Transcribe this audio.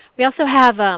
we also have,